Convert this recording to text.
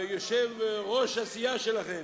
יושב-ראש הסיעה שלכם.